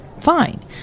fine